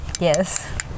Yes